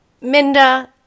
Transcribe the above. Minda